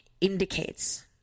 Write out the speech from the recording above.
indicates